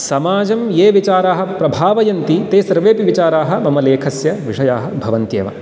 समाजं ये विचाराः प्रभावयन्ति ते सर्वेपि विचाराः मम लेखस्य विषयाः भवन्त्येव